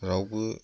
रावबो